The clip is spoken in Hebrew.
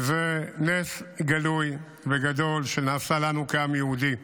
וזה נס גלוי וגדול שנעשה לנו כעם יהודי.